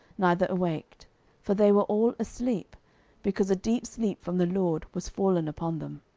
neither awaked for they were all asleep because a deep sleep from the lord was fallen upon them.